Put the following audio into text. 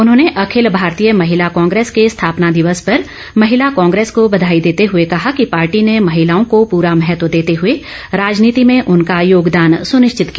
उन्होंने अखिल भारतीय महिला कांग्रेस के स्थापना दिवस पर महिला कांग्रेस को बधाई देते हए कहा कि पार्टी ने महिलाओं को पूरा महत्व देते हुए राजनीति में उनका योगदान सुनिश्चित किया